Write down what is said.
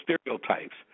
stereotypes